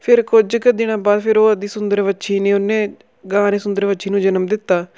ਫਿਰ ਕੁਝ ਕੁ ਦਿਨਾਂ ਬਾਅਦ ਫਿਰ ਉਹ ਉਹਦੀ ਸੁੰਦਰ ਵੱਛੀ ਨੇ ਉਹਨੇ ਗਾਂ ਨੇ ਸੁੰਦਰ ਵੱਛੀ ਨੂੰ ਜਨਮ ਦਿੱਤਾ